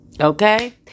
Okay